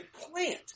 plant